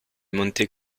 monte